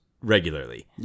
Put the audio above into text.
regularly